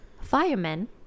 firemen